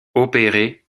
opéré